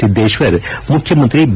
ಸಿದ್ದೇಶ್ವರ್ ಮುಖ್ಯಮಂತ್ರಿ ಬಿ